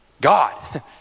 God